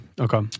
Okay